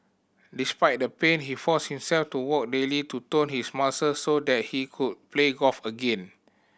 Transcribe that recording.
despite the pain he forced himself to walk daily to tone his muscles so that he could play golf again